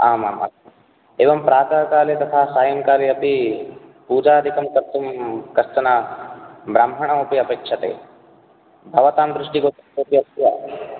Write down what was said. आमामाम् एवं प्रातः काले तथा सायङ्काले अपि पूजादिकं कर्तुं कश्चन ब्राह्मणोऽपि अपेक्षते भवतां दृष्टिगोचरे कोपि अस्ति वा